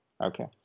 Okay